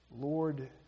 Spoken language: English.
Lord